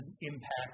impact